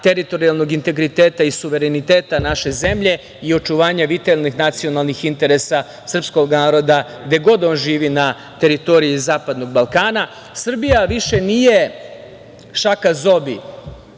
teritorijalnog integriteta i suvereniteta naše zemlje i očuvanje vitalnih nacionalnih interesa srpskog naroda gde god on živi na teritoriji zapadnog Balkana. Srbija više nije šaka zobi